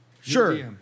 Sure